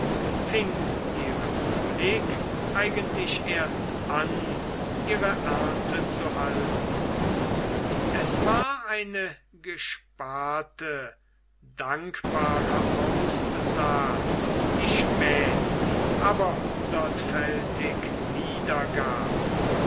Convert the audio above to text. fing die republik eigentlich erst an ihre ernte zu halten es war eine gesparte dankbare aussaat die spät aber hundertfältig wiedergab